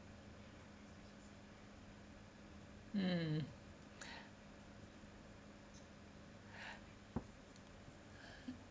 mm